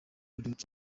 without